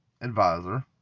advisor